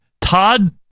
Todd